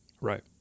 Right